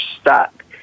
stuck